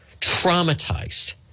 traumatized